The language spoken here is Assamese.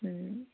ও